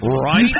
Right